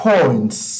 Points